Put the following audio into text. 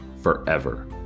Forever